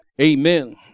amen